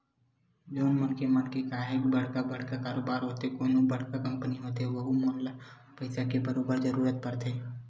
जउन मनखे मन के काहेक बड़का बड़का कारोबार होथे कोनो बड़का कंपनी होथे वहूँ मन ल पइसा के बरोबर जरूरत परथे